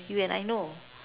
you and I know